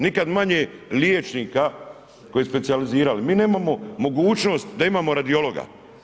Nikad manje liječnika koji su specijalizirali, mi nemamo mogućost da imamo radiologa.